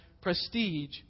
prestige